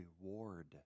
reward